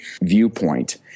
viewpoint